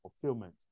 fulfillment